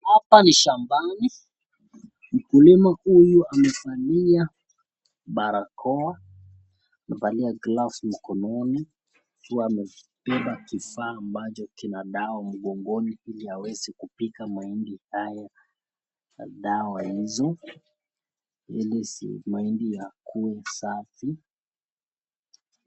Hapa ni shambani mkulima huyu amevalia barakoa, amevalia glavu mkononi akiwa amezipiga kifaa ambacho kina dawa mgongoni ili aweze kupiga mahindi haya dawa hizo ili mahindi yakuwe masafi.